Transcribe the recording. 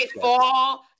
fall